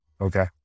Okay